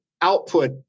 output